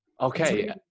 Okay